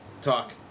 talk